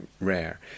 rare